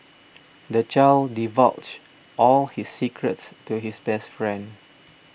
the child divulged all his secrets to his best friend